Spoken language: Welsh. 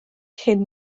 hyn